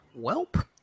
Welp